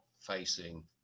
facing